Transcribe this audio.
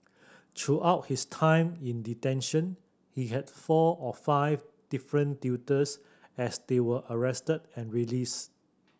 throughout his time in detention he had four or five different tutors as they were arrested and released